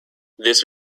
this